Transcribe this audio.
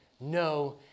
no